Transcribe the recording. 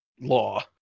law